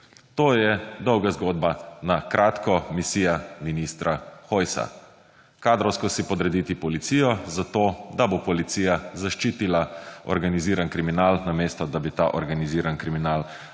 To je dolga zgodba na kratko – misija ministra Hojsa. Kadrovsko si podrediti policijo, zato da bo policija zaščitila organiziran kriminal, namesto da bi ta organiziran kriminal preganjala.